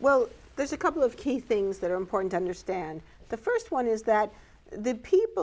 well there's a couple of key things that are important to understand the first one is that the people